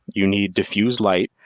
you need diffuse light.